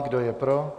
Kdo je pro?